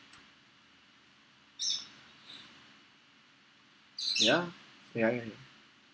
ya ya ya